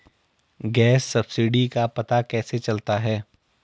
Gas subsidy का पता कैसे चलता है?